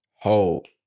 hold